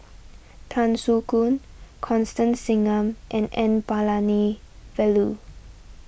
Tan Soo Khoon Constance Singam and N Palanivelu